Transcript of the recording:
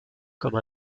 comme